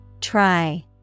Try